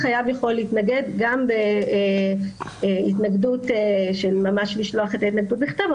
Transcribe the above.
החייב יכול להתנגד גם בהתנגדות של ממש לשלוח את ההתנגדות בכתב,